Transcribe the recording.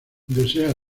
desea